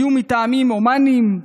היה מטעמים הומניים,